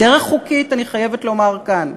בדרך חוקית, אני חייבת לומר כאן.